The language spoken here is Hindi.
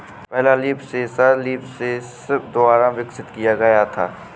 पहला लीफ सेंसर लीफसेंस द्वारा विकसित किया गया था